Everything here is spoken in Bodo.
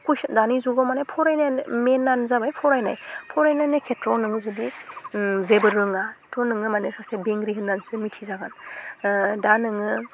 कुइसन दानि जुगाव माने फरायनाय होननाय मेनआनो जाबाय फरायनाय फरायनायनि खेथ्रआव नोङो जुदि जेबो रोङा थह नोङो माने सासे बेंग्रि होननानैसो मिथिजागोन दा नोङो